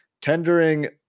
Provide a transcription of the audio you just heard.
tendering